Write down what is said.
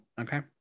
okay